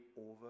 over